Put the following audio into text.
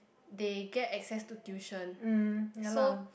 they get access to tuition so